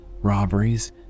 robberies